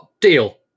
Deal